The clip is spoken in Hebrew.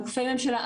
גופי ממשלה,